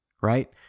right